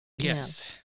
Yes